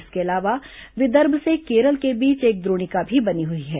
इसके अलावा विदर्भ से केरल के बीच एक द्रोणिका भी बनी हुई है